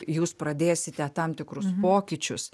jūs pradėsite tam tikrus pokyčius